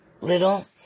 little